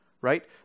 right